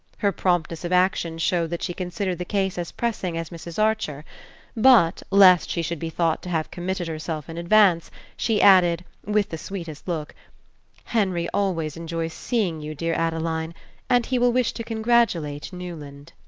her promptness of action showed that she considered the case as pressing as mrs. archer but, lest she should be thought to have committed herself in advance she added, with the sweetest look henry always enjoys seeing you, dear adeline and he will wish to congratulate newland.